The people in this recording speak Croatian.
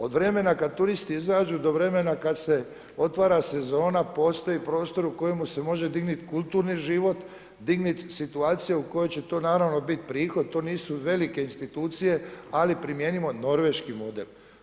Od vremena kad turistu izađu do vremena kad se otvara sezona postoji prostor u kojemu se može dignuti kulturni život, dignut situacija u kojoj će to naravno biti prihod, to nisu velike institucije ali primijenimo norveški model.